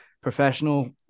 professional